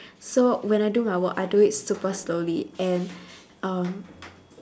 so when I do my work I do it super slowly and um